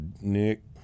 nick